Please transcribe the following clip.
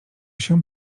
się